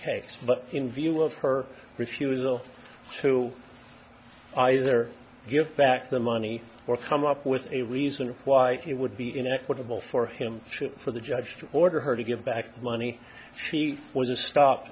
case but in view of her refusal to either give back the money or come up with a reason why he would be inequitable for him shit for the judge to order her to give back the money she was a stop